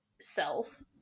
self